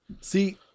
See